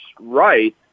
right